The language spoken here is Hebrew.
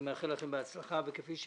אין מתנגדים, אין נמנעים.